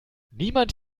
niemand